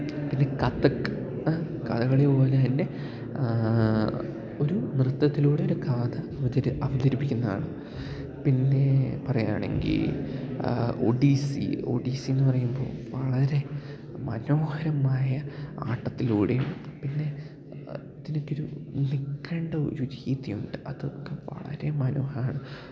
പിന്നെ കഥക് കഥകളി പോലെ തന്നെ ഒരു നൃത്തത്തിലൂടെ ഒരു കഥ അവതരി അവതരിപ്പിക്കുന്ന ആള് പിന്നെ പറയാണെങ്കിൽ ഒഡീസി ഒഡീസി എന്ന് പറയുമ്പോൾ വളരെ മനോഹരമായ ആട്ടത്തിലൂടെയും പിന്നെ അതിനൊക്കെ ഒരു നിൽക്കേണ്ട ഒരു രീതിയുണ്ട് അതൊക്കെ വളരെ മനോഹരമാണ്